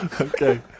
Okay